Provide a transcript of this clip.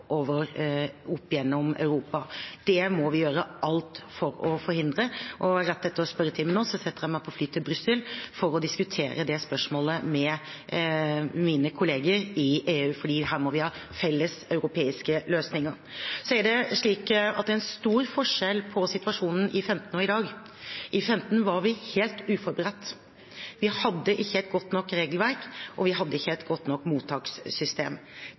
gjennom Europa. Det må vi gjøre alt for å forhindre, og rett etter spørretimen nå setter jeg meg på fly til Brussel for å diskutere det spørsmålet med mine kolleger i EU, for her må vi ha felles europeiske løsninger. Så er det slik at det er en stor forskjell på situasjonen i 2015 og i dag. I 2015 var vi helt uforberedt. Vi hadde ikke et godt nok regelverk, og vi hadde ikke et godt nok mottakssystem.